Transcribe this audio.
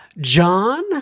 John